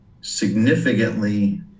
significantly